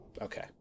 Okay